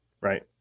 right